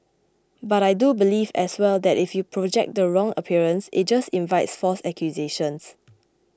but I do believe as well that if you project the wrong appearance it just invites false accusations